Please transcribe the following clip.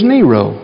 Nero